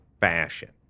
fashion